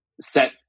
set